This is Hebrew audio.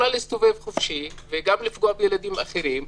יכולה להסתובב חופשי וגם לפגוע בילדים אחרים,